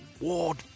Ward